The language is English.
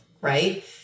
right